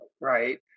right